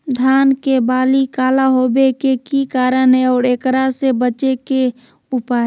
धान के बाली काला होवे के की कारण है और एकरा से बचे के उपाय?